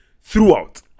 throughout